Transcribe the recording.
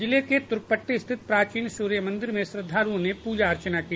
जिले के तुर्क पट्टी स्थित प्राचीन सूर्य मन्दिर में श्रद्वालुओं ने पूजा अर्चना की